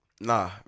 nah